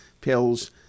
pills